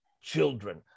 children